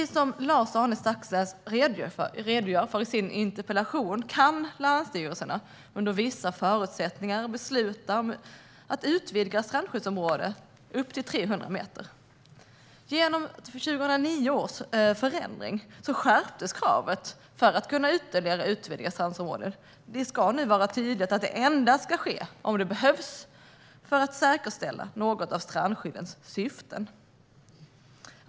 Som Lars-Arne Staxäng redogör för i sin interpellation kan länsstyrelserna under vissa förutsättningar besluta att utvidga ett strandskyddsområde till att gälla upp till 300 meter från strandlinjen. Genom 2009 års ändring av strandskyddsreglerna skärptes kravet för att få utvidga ett strandskyddsområde. Utvidgning får sedan dess ske endast om det behövs för att säkerställa något av strandskyddets syften.